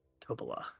Tobola